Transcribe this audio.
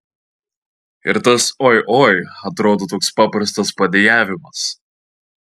ir tas oi oi atrodo toks paprastas padejavimas